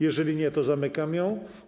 Jeżeli nie, to zamykam ją.